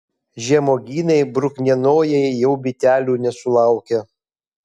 žemuogynai bruknienojai jau bitelių nesulaukia